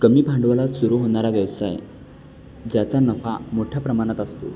कमी भांडवलात सुरू होणारा व्यवसाय ज्याचा नफा मोठ्या प्रमाणात असतो